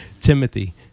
Timothy